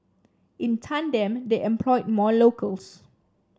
in tandem they employed more locals